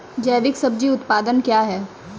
जैविक सब्जी उत्पादन क्या हैं?